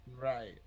Right